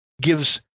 gives